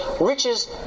...riches